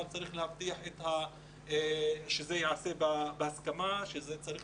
אבל צריך להבטיח שזה ייעשה בהסכמה וזה צריך